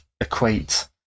equate